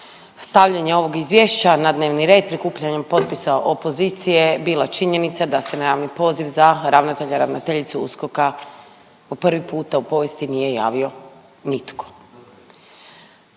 stavljanje ovog izvješća na dnevni red prikupljanjem potpisa opozicije bila činjenica da se na javni poziv za ravnatelja/ravnateljicu USKOK-a po prvi puta u povijesti nije javio nitko.